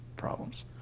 problems